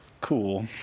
cool